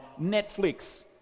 Netflix